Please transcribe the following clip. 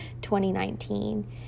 2019